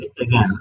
Again